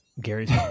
Gary's